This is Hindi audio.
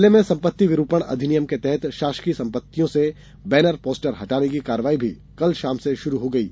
जिले में संपत्ति विरूपण अधिनियम के तहत शासकीय संपत्तियों से बैनर पोस्ट हटाने की कार्यवाही भी कल शाम से शुरू हो गयी